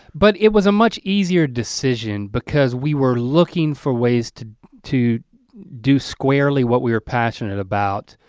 but it was a much easier decision because we were looking for ways to to do squarely what we were passionate about,